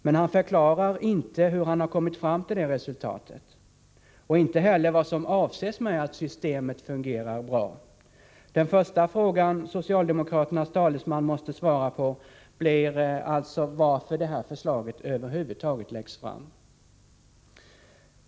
Men han förklarar inte hur han kommit fram till det resultatet, inte heller vad som avses med att systemet fungerar bra. Den första frågan socialdemokraternas talesman måste svara på blir alltså varför det här förslaget över huvud taget läggs fram.